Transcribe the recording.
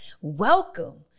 welcome